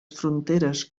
fronteres